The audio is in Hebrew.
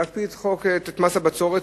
להקפיא את מס הבצורת,